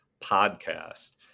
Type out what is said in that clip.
podcast